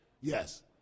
Yes